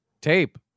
tape